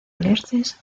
alerces